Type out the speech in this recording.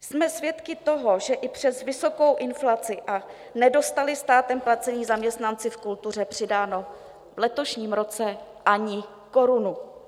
Jsme svědky toho, že i přes vysokou inflaci nedostali státem placení zaměstnanci v kultuře přidáno v letošním roce ani korunu.